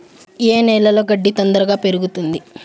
ఏ నేలలో గడ్డి తొందరగా పెరుగుతుంది